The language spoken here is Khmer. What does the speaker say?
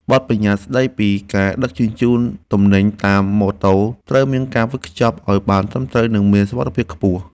បទប្បញ្ញត្តិស្ដីពីការដឹកជញ្ជូនទំនិញតាមម៉ូតូត្រូវមានការវេចខ្ចប់ឱ្យបានត្រឹមត្រូវ និងមានសុវត្ថិភាពខ្ពស់។